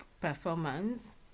performance